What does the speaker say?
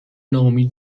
ناامید